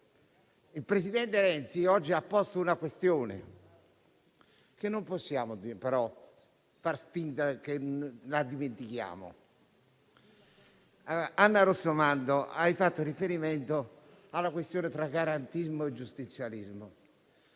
il presidente Renzi oggi ha posto una questione che non possiamo far finta di dimenticare. Senatrice Rossomando, lei ha fatto riferimento alla questione tra garantismo e giustizialismo.